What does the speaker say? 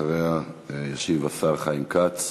אחריה ישיב השר חיים כץ.